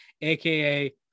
aka